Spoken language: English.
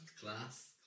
class